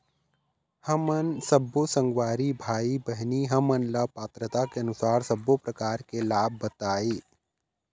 हमन सब्बो संगवारी भाई बहिनी हमन ला पात्रता के अनुसार सब्बो प्रकार के लाभ बताए?